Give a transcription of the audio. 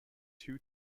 two